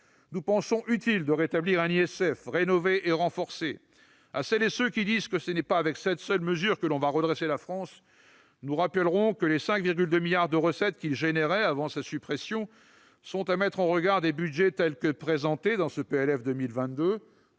Nous pensons utile de rétablir un ISF rénové et renforcé. À celles et ceux qui disent que ce n'est pas avec cette seule mesure que l'on va redresser la France, nous rappellerons que les 5,2 milliards d'euros de recettes que cet impôt produisait avant sa suppression sont à mettre en regard des budgets présentés dans ce projet